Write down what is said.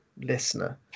listener